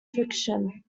fiction